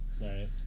right